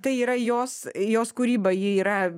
tai yra jos jos kūryba ji yra